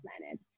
planet